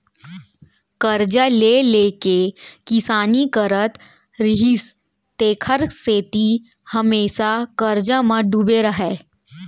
करजा ले ले के किसानी करत रिहिस तेखर सेती हमेसा करजा म डूबे रहय